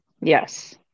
Yes